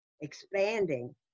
expanding